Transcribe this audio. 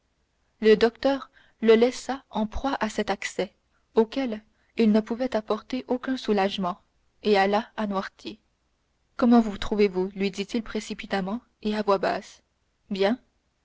le docteur le laissa en proie à cet accès auquel il ne pouvait apporter aucun soulagement et alla à noirtier comment vous trouvez-vous lui dit-il précipitamment et à voix basse bien